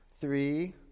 Three